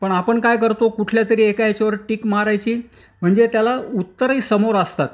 पण आपण काय करतो कुठल्या तरी एका याच्यावर टीक मारायची म्हणजे त्याला उत्तरंही समोर असतात